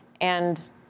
And-